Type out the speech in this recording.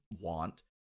want